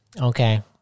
Okay